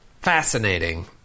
Fascinating